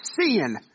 sin